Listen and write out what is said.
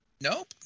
Nope